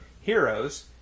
heroes